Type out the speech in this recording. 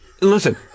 Listen